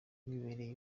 wibereye